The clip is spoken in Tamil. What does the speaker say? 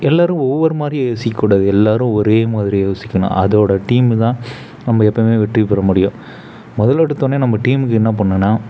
எல்லாரும் ஒவ்வொரு மாதிரி யோசிக்கக்கூடாது எல்லாரும் ஒரே மாதிரி யோசிக்கணும் அதோட டீம் தான் நம்ம எப்பயுமே வெற்றி பெற முடியும் முதல்ல எடுத்தவொடன்னே நம்ம டீம்முக்கு என்ன பண்ணணும்னா